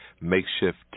makeshift